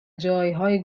جایهای